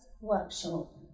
workshop